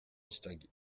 distingués